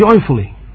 joyfully